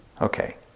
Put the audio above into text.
Okay